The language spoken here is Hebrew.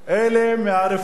אלה מהרפואה,